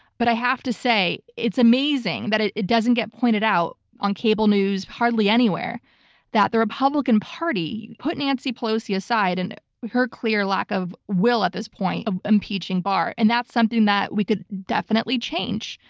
but i have to say it's amazing that it it doesn't get pointed out on cable news hardly anywhere that the republican party-put nancy pelosi aside and her clear lack of will at this point of impeaching barr and that's something that we could definitely change.